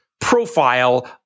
profile